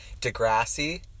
Degrassi